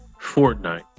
Fortnite